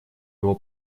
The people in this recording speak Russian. его